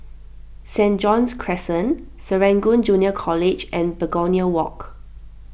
St John's Crescent Serangoon Junior College and Begonia Walk